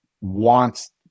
wants